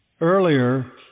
earlier